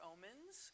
Omens